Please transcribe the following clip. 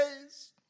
days